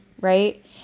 right